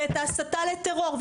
ואת ההסתה לטרור,